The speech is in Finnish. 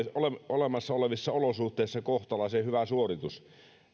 olemassa olevissa olosuhteissa kohtalaisen hyvä suoritus